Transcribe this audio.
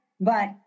but-